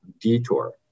Detour